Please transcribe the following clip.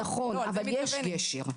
נכון, אבל יש קשר.